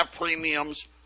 premiums